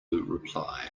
reply